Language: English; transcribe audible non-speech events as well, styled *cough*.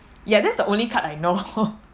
yeah that's the only card I know *laughs*